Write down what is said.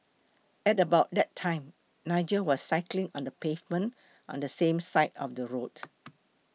at about that time Nigel was cycling on the pavement on the same side of the road